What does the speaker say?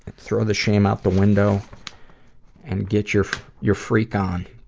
throw the shame out the window and get your your freak on.